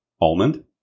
Almond